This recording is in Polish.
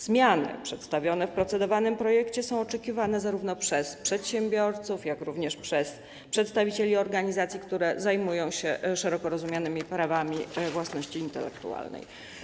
Zmiany przedstawione w procedowanym projekcie są oczekiwane zarówno przez przedsiębiorców, jak i przez przedstawicieli organizacji, które zajmują się szeroko rozumianymi prawami własności intelektualnej.